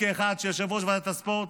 כיושב-ראש ועדת הספורט,